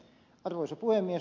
arvoisa puhemies